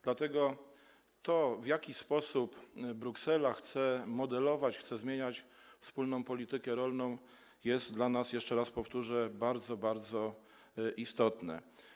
Dlatego to, w jaki sposób Bruksela chce modelować, zmieniać wspólną politykę rolną, jest dla nas, jeszcze raz powtórzę, bardzo, bardzo istotne.